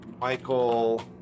Michael